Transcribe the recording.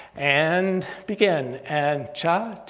and begin. and cha,